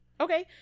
Okay